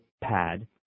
pad